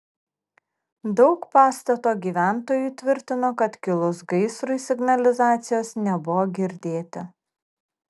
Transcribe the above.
daug pastato gyventojų tvirtino kad kilus gaisrui signalizacijos nebuvo girdėti